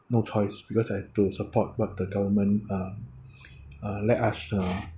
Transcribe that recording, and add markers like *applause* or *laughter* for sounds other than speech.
no choice because I do support what the government uh *breath* uh let us uh